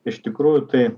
iš tikrųjų tai